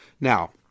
Now